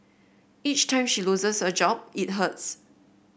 each time she loses a job it hurts